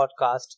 podcast